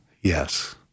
Yes